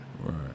right